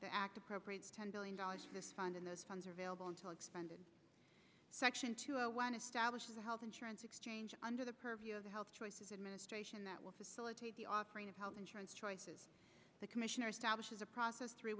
the act appropriate ten billion dollars to this fund and those funds are available until expanded section two one establishes a health insurance exchange under the purview of the health choices administration that will facilitate the offering of health insurance choices the commissioner establishes a process through